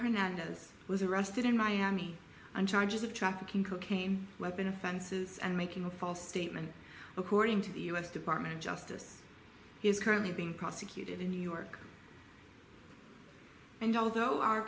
hernandez was arrested in miami on charges of trafficking cocaine weapon offenses and making a false statement according to the u s department of justice is currently being prosecuted in new york and